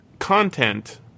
content